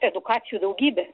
edukacijų daugybė